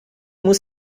muss